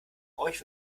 euch